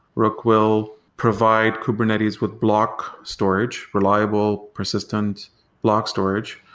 rook will provide kubernetes with block storage, reliable persistent block storage.